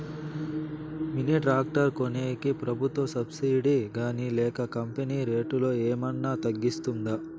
Mini tractor కొనేకి ప్రభుత్వ subsidy గాని లేక కంపెని రేటులో ఏమన్నా తగ్గిస్తుందా?